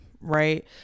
right